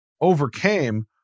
overcame